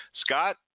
Scott